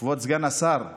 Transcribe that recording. כבוד סגן השר,